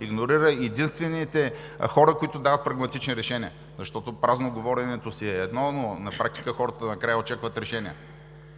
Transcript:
игнорира единствените хора, които дават прагматични решения, защото празноговоренето си е едно, а на практика хората накрая очакват решения.